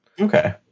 Okay